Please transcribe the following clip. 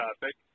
topic